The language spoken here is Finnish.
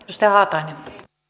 rouva